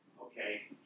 okay